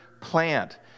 plant